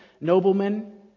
Noblemen